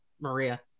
Maria